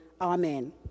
Amen